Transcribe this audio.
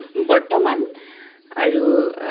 bartel and i do,